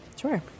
Sure